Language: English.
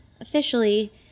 officially